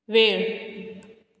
वेळ